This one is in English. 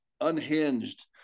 unhinged